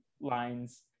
lines